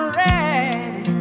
ready